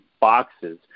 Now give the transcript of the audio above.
boxes